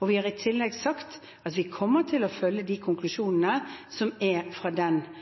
og vi har i tillegg sagt at vi kommer til å følge de konklusjonene som kommer fra den